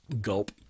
gulp